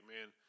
man